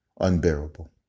unbearable